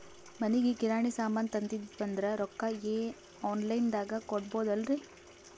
ಮನಿಗಿ ಕಿರಾಣಿ ಸಾಮಾನ ತಂದಿವಂದ್ರ ರೊಕ್ಕ ಆನ್ ಲೈನ್ ದಾಗ ಕೊಡ್ಬೋದಲ್ರಿ?